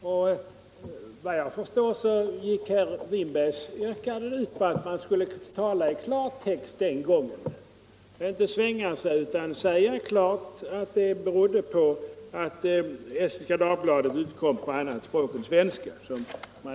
Såvitt jag förstår Onsdagen den gick herr Winbergs yrkande ut på att man skulle tala i klartext den 14 maj 1975 gången och inte svänga sig utan säga ut att stöd inte kunde medges därför att tidningen kom ut på annat språk än svenska.